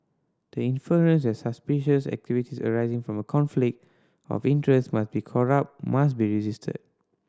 the inference that suspicious activities arising from a conflict of interest must be corrupt must be resisted